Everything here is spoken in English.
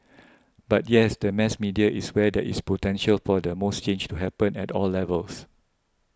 but yes the mass media is where there is potential for the most change to happen at all levels